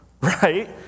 right